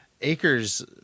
Acres